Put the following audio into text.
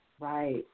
Right